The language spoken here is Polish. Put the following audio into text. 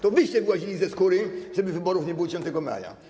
To wyście wyłazili ze skóry, żeby wyborów nie było 10 maja.